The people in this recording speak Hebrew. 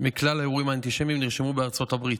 מכלל האירועים האנטישמיים נרשמו בארצות הברית,